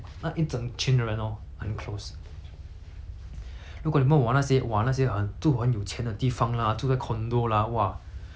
如果你问我那些 !wah! 那些很住很有钱的地方 lah 住在 condo lah !wah! 我跟你讲我们不是朋友 liao 很很很 rare